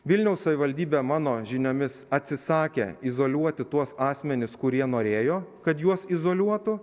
vilniaus savivaldybė mano žiniomis atsisakė izoliuoti tuos asmenis kurie norėjo kad juos izoliuotų